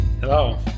Hello